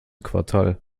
quartal